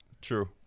True